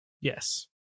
yes